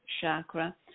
chakra